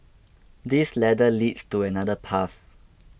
this ladder leads to another path